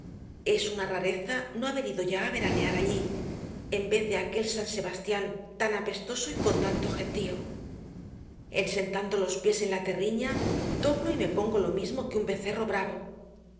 es una rareza no haber ido ya á veranear allí en vez de aquel san sebastián tan apestoso y con tanto gentío en sentando los piés en la terriña doblo y me pongo lo mismo que un becerro bravo